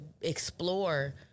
explore